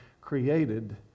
created